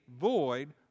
void